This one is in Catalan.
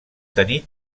tenir